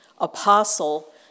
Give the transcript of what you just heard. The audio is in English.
apostle